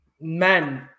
man